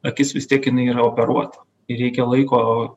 akis vis tiek jinai yra operuota ir reikia laiko